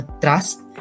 trust